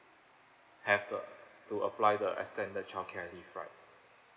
have the to apply the extended childcare leave right